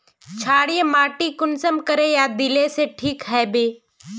क्षारीय माटी कुंसम करे या दिले से ठीक हैबे?